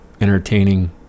entertaining